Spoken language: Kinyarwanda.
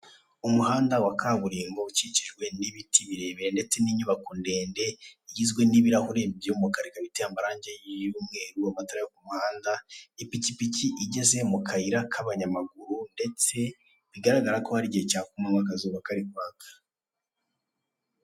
Umuhanda wa kaburimbo ukikijwe n'ibiti birebire ndetse n'inyubako ndende igizwe n'ibirahure by'umukara, ikaba iteye amarange y'umweru, amatara yo ku muhanda, ipikipiki igeze mu kayira k'abanyamaguru ndetse bigaragara ko ari igihe cya kumanywa akazuba kari kwaka.